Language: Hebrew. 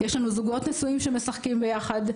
יש לנו זוגות נשואים שמשחקים ביחד,